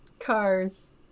cars